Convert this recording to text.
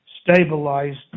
stabilized